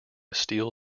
steel